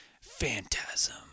Phantasm